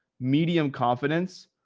medium confidence,